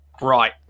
Right